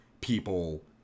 people